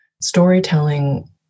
storytelling